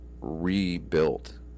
rebuilt